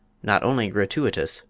not only gratuitous,